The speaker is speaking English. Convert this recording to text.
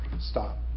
Stop